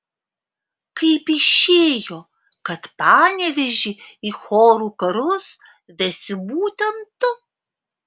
kaip išėjo kad panevėžį į chorų karus vesi būtent tu